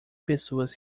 pessoas